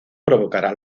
provocará